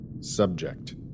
Subject